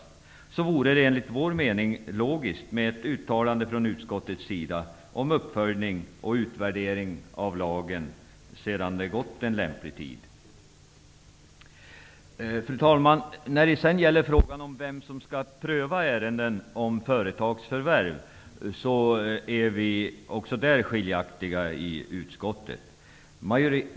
Med tanke på detta vore det enligt vår mening logiskt med ett uttalande från utskottets sida om uppföljning och utvärdering av lagen efter det att en lämplig tid förflutit. Fru talman! När det sedan gäller frågan om vem som skall pröva ärenden om företagsförvärv är vi också skiljaktiga i utskottet.